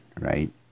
right